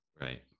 Right